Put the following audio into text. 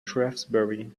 shrewsbury